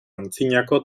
antzinako